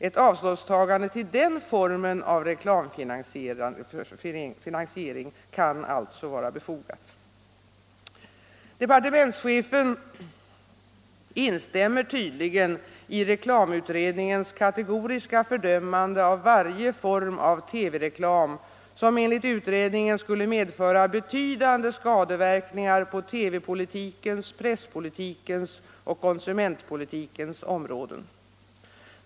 Ett avståndstagande från den formen av reklamfinansiering kan alltså vara befogat. Departementschefen instämmer tydligen i reklamutredningens kategoriska fördömande av varje form av TV-reklam, som enligt utredningen skulle medföra betydande skadeverkningar på TV-politikens, presspolitikens och konsumentpolitikens områden.